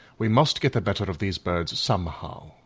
we must get the better of these birds somehow.